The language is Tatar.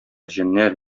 җеннәр